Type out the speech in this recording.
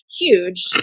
huge